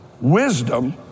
Wisdom